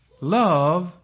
love